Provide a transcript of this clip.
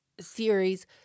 series